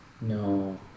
no